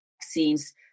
vaccines